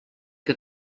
que